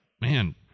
man